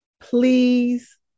please